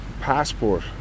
passport